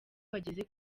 bageze